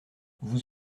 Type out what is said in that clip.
vous